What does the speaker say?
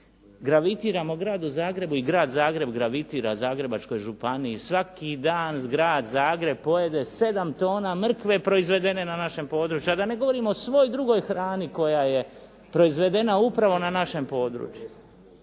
gravitiramo gradu Zagrebu i grad Zagreb gravitira Zagrebačkoj županiji, svaki dan grad Zagreb pojede 7 tona mrkve proizvedene na našem području, a da ne govorim o svoj drugoj hrani koja je proizvedena upravo na našem području.